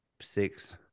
six